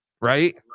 right